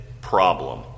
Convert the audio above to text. problem